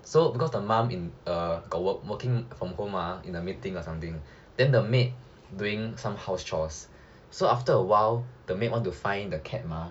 so because the mum got work working from home or in a meeting or something then the maid doing some house chores so after a while the maid want to find the cat mah